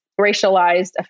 racialized